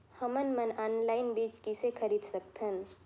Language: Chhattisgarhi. हमन मन ऑनलाइन बीज किसे खरीद सकथन?